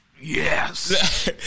Yes